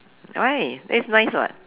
why that is nice [what]